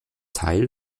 teil